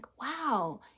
wow